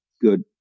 good